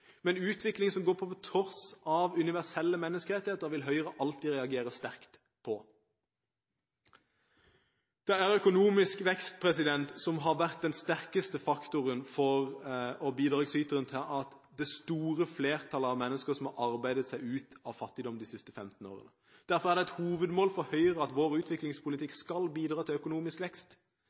Men utvikling som går på tvers av universelle menneskerettigheter, vil Høyre alltid reagere sterkt på. Det er økonomisk vekst som har vært den sterkeste faktoren for, og bidragsyteren til, det store flertallet av mennesker som har arbeidet seg ut av fattigdom de siste 15 årene. Derfor er det et hovedmål for Høyre at vår utviklingspolitikk skal bidra til økonomisk vekst.